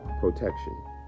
protection